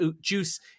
juice